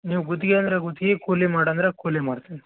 ನೀವು ಗುತ್ಗೆ ಅಂದರೆ ಗುತ್ಗೆ ಕೂಲಿ ಮಾಡೋ ಅಂದರೆ ಕೂಲಿ ಮಾಡ್ತೀನಿ ರೀ